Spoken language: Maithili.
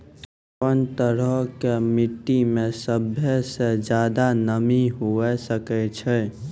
कोन तरहो के मट्टी मे सभ्भे से ज्यादे नमी हुये सकै छै?